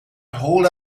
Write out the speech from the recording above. hold